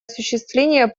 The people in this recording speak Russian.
осуществление